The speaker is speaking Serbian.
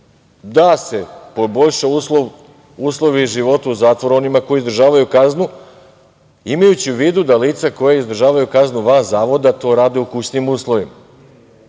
da se poboljšaju uslovi života u zatvoru onima koji održavaju kaznu, imajući u vidu da lica koja izdržavaju kaznu van zavoda to rade u kućnim uslovima,